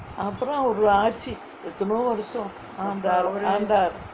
அப்ரோ அவரு ஆட்சி எத்தனையோ வருஷம் ஆண்டார்:apro avaru aatchi ethanayo varusham aandaar